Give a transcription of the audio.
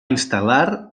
instal·lar